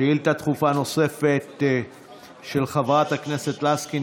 שאילתה דחופה נוספת, של חברת הכנסת לסקי.